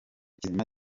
kizima